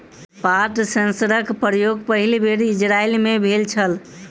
पात सेंसरक प्रयोग पहिल बेर इजरायल मे भेल छल